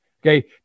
Okay